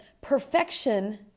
perfection